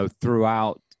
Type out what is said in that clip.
throughout